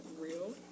real